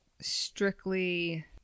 strictly